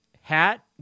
hat